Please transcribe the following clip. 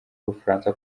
y’ubufaransa